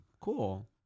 Cool